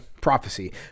prophecy